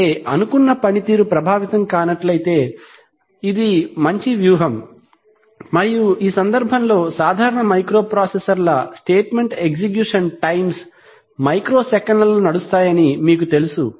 అయితే అనుకున్న పనితీరు ప్రభావితం కానట్లైతే ఇది మంచి వ్యూహం మరియు ఈ సందర్భంలో సాధారణ మైక్రోప్రాసెసర్ల స్టేట్మెంట్ ఎగ్జిక్యూషన్ టైమ్స్ మైక్రోసెకన్లలో నడుస్తాయని మీకు తెలుసు